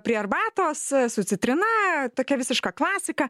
prie arbatos a su citrina tokia visiška klasika